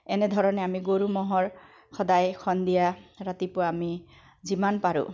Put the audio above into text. এনেধৰণে আমি গৰু ম'হৰ সদায় সন্ধিয়া ৰাতিপুৱা আমি যিমান পাৰোঁ